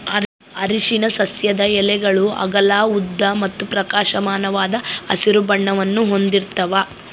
ಅರಿಶಿನ ಸಸ್ಯದ ಎಲೆಗಳು ಅಗಲ ಉದ್ದ ಮತ್ತು ಪ್ರಕಾಶಮಾನವಾದ ಹಸಿರು ಬಣ್ಣವನ್ನು ಹೊಂದಿರ್ತವ